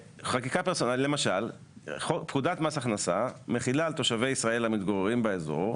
למשל פקודת מס הכנסה מחילה על תושבי ישראל המתגוררים באזור,